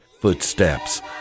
footsteps